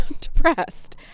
depressed